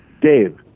Dave